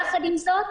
יחד עם זאת,